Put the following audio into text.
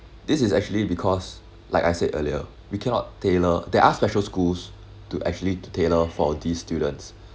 this is actually because like I said earlier we cannot tailor there are special schools to actually to tailor for these students